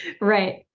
Right